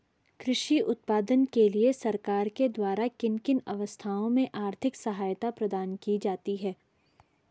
कृषि उत्पादन के लिए सरकार के द्वारा किन किन अवस्थाओं में आर्थिक सहायता प्रदान की जाती है?